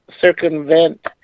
circumvent